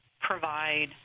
provide